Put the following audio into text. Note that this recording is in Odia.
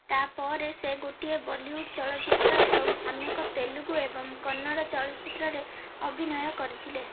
ତା'ପରେ ସେ ଗୋଟିଏ ବଲିଉଡ୍ ଚଳଚ୍ଚିତ୍ର ଏବଂ ଅନେକ ତେଲୁଗୁ ଏବଂ କନ୍ନଡ ଚଳଚ୍ଚିତ୍ରରେ ଅଭିନୟ କରିଥିଲେ